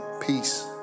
peace